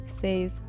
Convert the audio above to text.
says